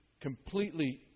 completely